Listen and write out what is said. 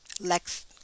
Lex